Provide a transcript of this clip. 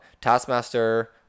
Taskmaster